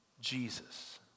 Jesus